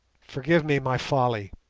forgive me my folly.